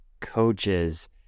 coaches